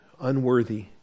unworthy